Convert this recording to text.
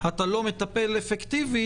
אתה לא מטפל אפקטיבית,